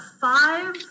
five